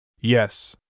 Yes